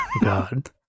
god